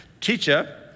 Teacher